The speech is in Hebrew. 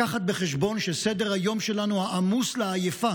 לקחת בחשבון שסדר-היום שלנו, העמוס לעייפה